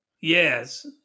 yes